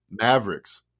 Mavericks